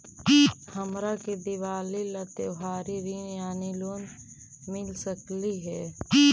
हमरा के दिवाली ला त्योहारी ऋण यानी लोन मिल सकली हे?